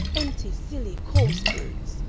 empty, silly, coarse brutes.